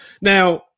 Now